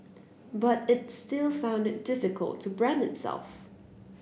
but it still found it difficult to brand itself